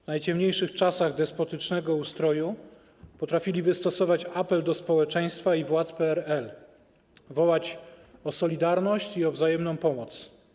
W najciemniejszych czasach despotycznego ustroju potrafili wystosować apel do społeczeństwa i władz PRL, wołać o solidarność i o wzajemną pomoc.